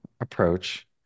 approach